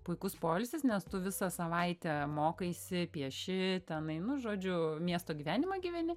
puikus poilsis nes tu visą savaitę mokaisi pieši tenai nu žodžiu miesto gyvenimą gyveni